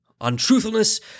Untruthfulness